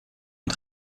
und